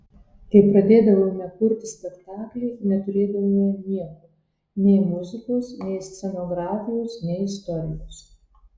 kai pradėdavome kurti spektaklį neturėdavome nieko nei muzikos nei scenografijos nei istorijos